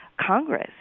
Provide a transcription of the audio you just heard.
Congress